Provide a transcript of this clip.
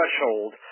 threshold